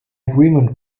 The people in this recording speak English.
agreement